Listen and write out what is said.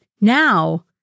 now